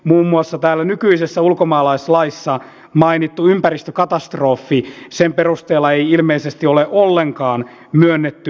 muun muassa täällä nykyisessä ulkomaalaislaissa mainitun ympäristökatastrofin perusteella ei ilmeisesti ole ollenkaan myönnetty turvapaikkaa